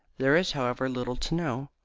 there is, however, little to know.